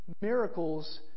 miracles